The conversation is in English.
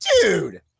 Dude